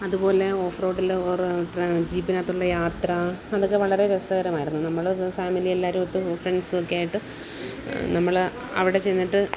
അതുപോലെ ഓഫ്റോഡിൽ ഒറ ട്ര ജീപ്പിനകത്തുള്ള യാത്ര അതൊക്കെ വളരെ രസകരമായിരുന്നു നമ്മൾ ഫാമിലി എല്ലാരുമൊത്ത് ഫ്രണ്ട്സുമൊക്കെ ആയിട്ട് നമ്മൽ അവിടെ ചെന്നിട്ട്